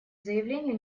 заявления